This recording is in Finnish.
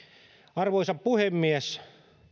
arvoisa puhemies